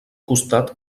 costat